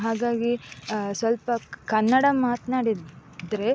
ಹಾಗಾಗಿ ಸ್ವಲ್ಪ ಕನ್ನಡ ಮಾತನಾಡಿದ್ರೆ